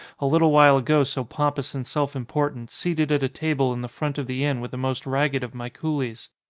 a little while ago so pompous and self-im portant, seated at a table in the front of the inn with the most ragged of my coolies.